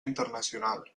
internacional